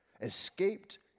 escaped